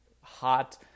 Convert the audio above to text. hot